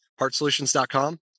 partsolutions.com